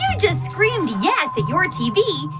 just screamed yes at your tv,